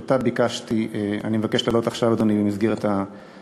שאני מבקש להעלות עכשיו, אדוני, במסגרת הדיון.